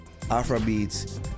Afrobeats